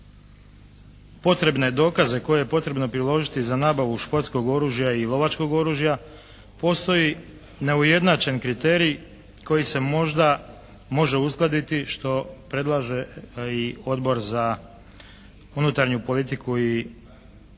potrebne dokaze koje je potrebno priložiti za nabavu športskog oružja i lovačkog oružja postoji neujednačen kriterij koji se možda može uskladiti što predlaže i Odbor za unutarnju politiku i nacionalnu